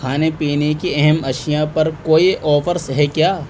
کھانے پینے کی اہم اشیا پر کوئی آفرس ہیں کیا